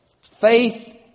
Faith